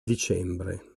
dicembre